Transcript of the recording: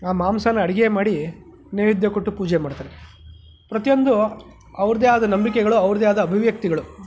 ಆ ಮಾಂಸನ ಅಡುಗೆ ಮಾಡಿ ನೈವೇದ್ಯ ಕೊಟ್ಟು ಪೂಜೆ ಮಾಡ್ತಾರೆ ಪ್ರತಿಯೊಂದು ಅವ್ರದೇ ಆದ ನಂಬಿಕೆಗಳು ಅವ್ರದೇ ಆದ ಅಭಿವ್ಯಕ್ತಿಗಳು